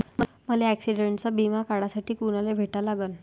मले ॲक्सिडंटचा बिमा काढासाठी कुनाले भेटा लागन?